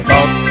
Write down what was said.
up